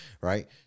right